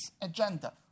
agenda